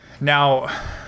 now